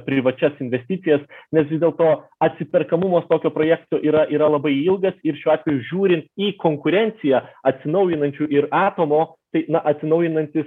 privačias investicijas nes vis dėlto atsiperkamumas tokio projekto yra yra labai ilgas ir šiuo atveju žiūrint į konkurenciją atsinaujinančių ir atomo tai na atsinaujinantys